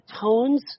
tones